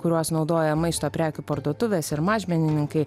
kuriuos naudoja maisto prekių parduotuvės ir mažmenininkai